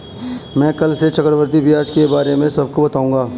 मैं कल से चक्रवृद्धि ब्याज के बारे में सबको बताऊंगा